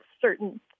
certain